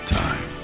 time